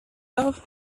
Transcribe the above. love